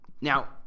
Now